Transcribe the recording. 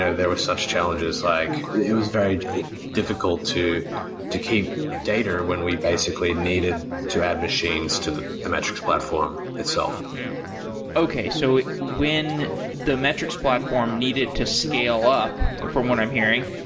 ah there was such challenges, like it was very difficult to to keep data when we basically needed to add machines to the the metrics platform itself okay. so when the metrics platform needed to scale up from what i'm hearing,